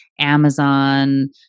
Amazon